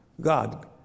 God